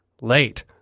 late